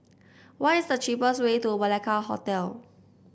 what is the cheapest way to Malacca Hotel